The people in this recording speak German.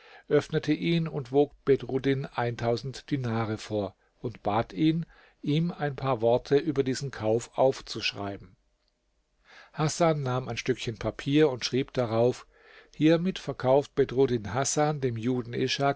öffnete ihn und wog bedruddin dinare vor und bat ihn ihm ein paar worte über diesen kauf aufzuschreiben hasan nahm ein stückchen papier und schrieb darauf hiermit verkauft bedruddin hasan dem juden